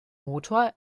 motor